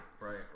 Right